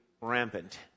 rampant